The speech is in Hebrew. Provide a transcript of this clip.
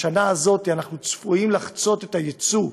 השנה הזאת אנחנו צפויים לחצות את הייצוא,